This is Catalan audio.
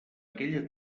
aquella